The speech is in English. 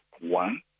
One